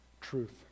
Truth